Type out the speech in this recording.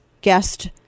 guest